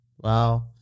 Wow